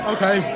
Okay